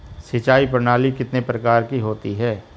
सिंचाई प्रणाली कितने प्रकार की होती हैं?